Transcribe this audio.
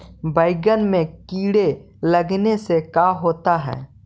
बैंगन में कीड़े लगने से का होता है?